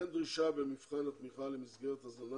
אין דרישה במבחן התמיכה למסגרת הזנה